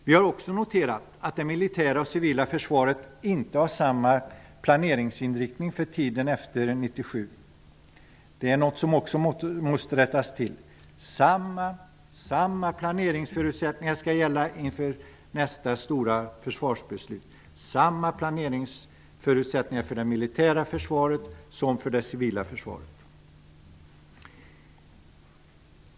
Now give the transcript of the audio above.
Vi har också noterat att det militära och civila försvaret inte har samma planeringsinriktning för tiden efter 1997. Det måste också rättas till. Samma planeringsförutsättningar skall gälla inför nästa stora försvarsbeslut. Det skall vara samma planeringsförutsättningar för det militära försvaret som för det civila försvaret.